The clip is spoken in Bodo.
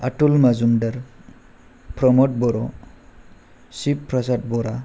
अतुल मजुमगार फ्रमद बर' सिब फ्रसाद बरा